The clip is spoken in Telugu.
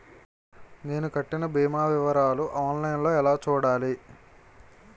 నేను కట్టిన భీమా వివరాలు ఆన్ లైన్ లో ఎలా చూడాలి?